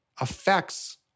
affects